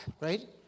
right